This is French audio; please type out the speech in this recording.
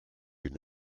une